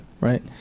right